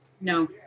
No